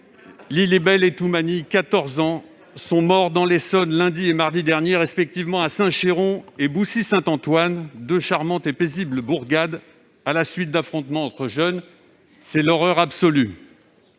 Lillibelle et Toumani, 14 ans, sont morts dans l'Essonne, lundi et mardi derniers, respectivement à Saint-Chéron et à Boussy-Saint-Antoine, deux charmantes et paisibles bourgades, à la suite d'affrontements entre jeunes. C'est l'horreur absolue